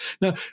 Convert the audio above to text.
Now